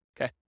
Okay